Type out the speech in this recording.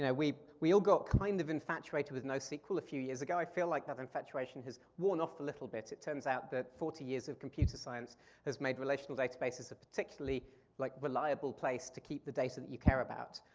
and we we all got kind of infatuated with nosql a few years ago, i feel like that infatuation has worn off a little bit. it turns out that forty years of computer science has made relational databases a particularly like reliable place to keep the data that you care about.